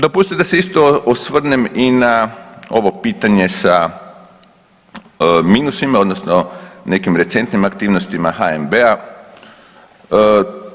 Dopustite da se isto osvrnem i na ovo pitanje sa minusima, odnosno nekim recentnim aktivnostima HNB-a.